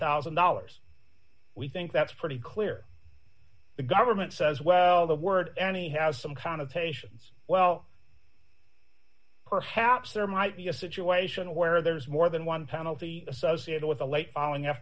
thousand dollars we think that's pretty clear the government says well the word annie has some connotations well perhaps there might be a situation where there's more than one penalty associated with a late filing